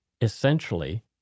essentially